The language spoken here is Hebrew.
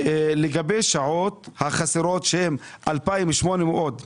לגבי שעות החסרות שהן 2,836,